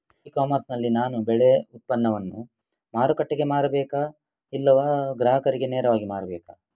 E commerce ನಲ್ಲಿ ನಾನು ಬೆಳೆ ಉತ್ಪನ್ನವನ್ನು ಮಾರುಕಟ್ಟೆಗೆ ಮಾರಾಟ ಮಾಡಬೇಕಾ ಇಲ್ಲವಾ ಗ್ರಾಹಕರಿಗೆ ನೇರವಾಗಿ ಮಾರಬೇಕಾ?